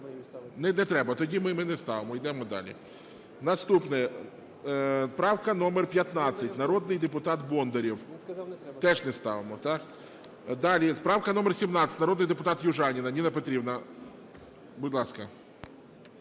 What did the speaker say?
Не треба? Тоді ми не ставимо. Йдемо далі. Наступна правка номер 15, народний депутат Бондарєв. Теж не ставимо, так? Далі. Правка номер 17, народний депутат Южаніна. Ніна Петрівна, будь ласка.